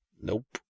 Nope